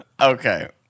Okay